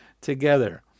together